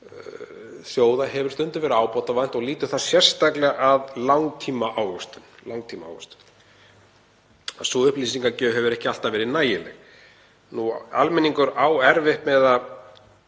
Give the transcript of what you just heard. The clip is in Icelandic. sjóða hefur stundum verið ábótavant og lýtur það sérstaklega að langtímaávöxtun. Sú upplýsingagjöf hefur ekki alltaf verið nægileg. Almenningur á erfitt með að